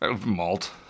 Malt